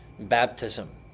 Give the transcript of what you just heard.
Baptism